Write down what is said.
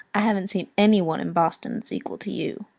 i haven't seen any one in boston that's equal to you,